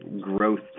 growth